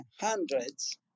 hundreds